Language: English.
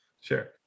Sure